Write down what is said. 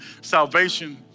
salvation